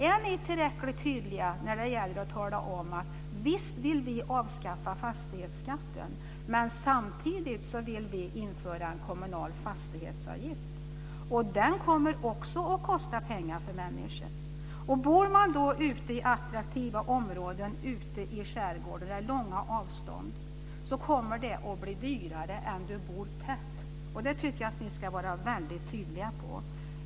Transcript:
Är ni tillräckligt tydliga när ni säger att ni vill avskaffa fastighetsskatten samtidigt som ni vill införa en kommunal fastighetsavgift? Den kommer också att kosta pengar för människor. Bor man i attraktiva områden, i skärgården där avstånden är långa, blir det dyrare än om man bor i tätbebyggt område. Det tycker jag att ni ska vara väldigt tydliga om.